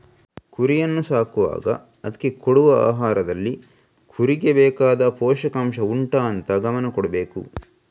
ಕುರಿಯನ್ನ ಸಾಕುವಾಗ ಅದ್ಕೆ ಕೊಡುವ ಆಹಾರದಲ್ಲಿ ಕುರಿಗೆ ಬೇಕಾದ ಪೋಷಕಾಂಷ ಉಂಟಾ ಅಂತ ಗಮನ ಕೊಡ್ಬೇಕು